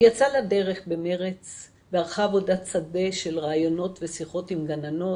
היא יצאה לדרך במרץ וערכה עבודת שדה של ריאיונות ושיחות עם גננות,